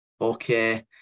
okay